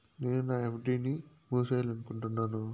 నేను నా ఎఫ్.డి ని మూసేయాలనుకుంటున్నాను